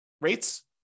rates